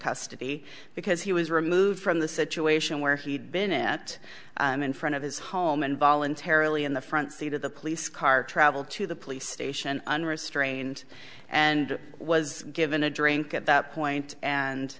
custody because he was removed from the situation where he'd been at in front of his home and voluntarily in the front seat of the police car travel to the police station unrestrained and was given a drink at that point and